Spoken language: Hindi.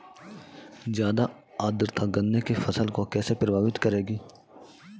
ज़्यादा आर्द्रता गन्ने की फसल को कैसे प्रभावित करेगी?